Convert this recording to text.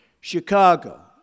Chicago